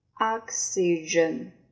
oxygen